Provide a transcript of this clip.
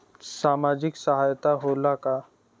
सामाजिक सहायता होला का?